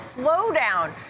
slowdown